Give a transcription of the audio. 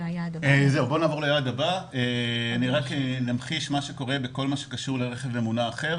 היעד הבא אני רוצה להמחיש מה שקורה בכל מה שקשור לרכב ממונע אחר.